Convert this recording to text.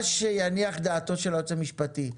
מה שתניח דעתו של היועץ המשפטי,